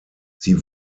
sie